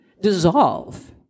dissolve